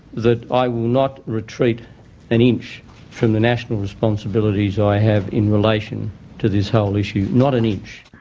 that i will not retreat an inch from the national responsibilities i have in relation to this whole issue, not an inch.